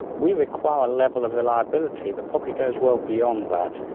we require a level of reliability that probably goes well beyond that.